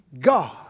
God